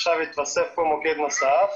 עכשיו התווסף מוקד נוסף